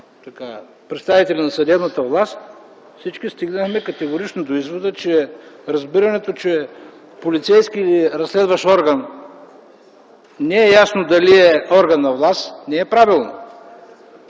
представители на съдебната власт, всички стигнахме категорично до извода - разбирането, че полицейски разследващ орган не е ясно дали е орган на власт, не е правилно.